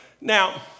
Now